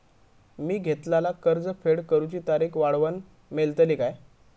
मी घेतलाला कर्ज फेड करूची तारिक वाढवन मेलतली काय?